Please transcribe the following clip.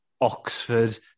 Oxford